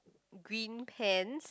green pants